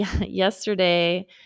yesterday